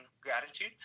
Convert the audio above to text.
gratitude